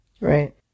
Right